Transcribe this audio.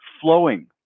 flowing